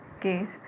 case